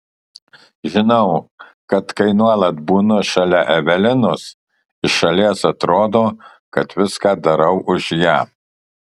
žinau kad kai nuolat būnu šalia evelinos iš šalies atrodo kad viską darau už ją